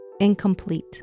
incomplete